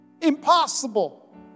Impossible